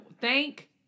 Thank